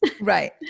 right